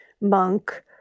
monk